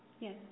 Yes